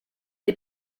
des